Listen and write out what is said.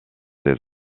des